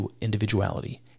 individuality